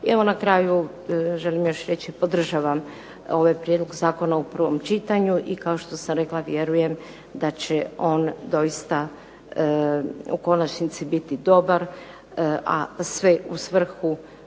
I evo na kraju želim još reći podržavam ovaj prijedlog zakona u prvom čitanju, i kao što sam rekla vjerujem da će on doista u konačnici biti dobar, a sve u svrhu